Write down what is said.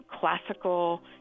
classical